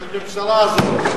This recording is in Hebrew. של הממשלה הזאת.